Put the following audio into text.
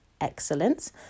Excellence